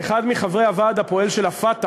אחד מחברי הוועד הפועל של ה"פתח"